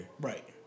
Right